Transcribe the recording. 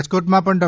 રાજકોટમાં પણ ડૉ